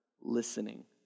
listening